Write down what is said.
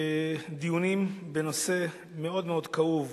דיונים בנושא מאוד מאוד כאוב,